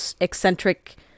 eccentric